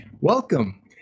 Welcome